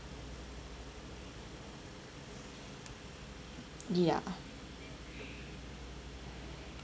ya